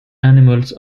animals